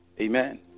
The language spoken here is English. Amen